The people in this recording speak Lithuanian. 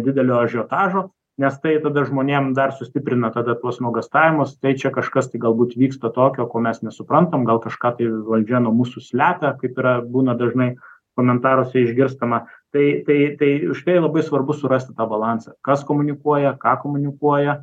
didelio ažiotažo nes tai tada žmonėm dar sustiprina tada tuos nuogąstavimus tai čia kažkas tai galbūt vyksta tokio ko mes nesuprantame gal kažką valdžia nuo mūsų slepia kaip yra būna dažnai komentaruose išgirstama tai tai tai užtai labai svarbu surast balansą kas komunikuoja ką komunikuoja